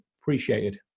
appreciated